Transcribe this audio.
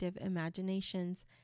imaginations